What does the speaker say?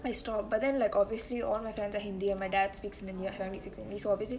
I stopped but then like obviously all friends are hindi and my dad speaks in india family so basically